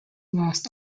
lost